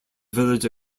village